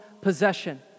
possession